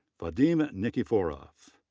vadim nikiforov,